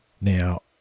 Now